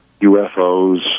UFOs